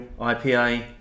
IPA